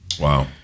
Wow